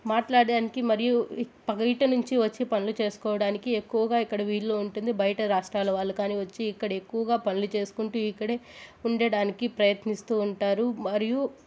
మాట్లాడ్డానికి మరియు బయట నుంచి వచ్చి పనులు చేసుకోవడానికి ఎక్కువగా ఇక్కడ వీలు ఉంటుంది బయట రాష్ట్రాల వాళ్ళు కానీ వచ్చి ఇక్కడ ఎక్కువగా పనులు చేసుకుంటూ ఇక్కడే ఉండడానికి ప్రయత్నిస్తూ ఉంటారు మరియు